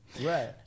right